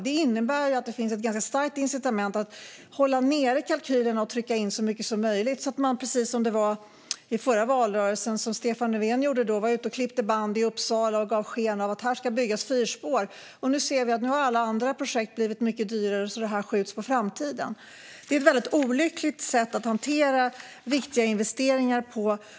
Det innebär att det finns ett ganska starkt incitament att hålla nere kalkylerna och trycka in så mycket som möjligt, precis som när Stefan Löfven i den förra valrörelsen var ute och klippte band i Uppsala och gav sken av att det där skulle byggas fyrspår. Nu ser vi att alla andra projekt blivit mycket dyrare så att detta skjuts på framtiden. Det är ett väldigt olyckligt sätt att hantera viktiga investeringar på.